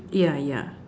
ya ya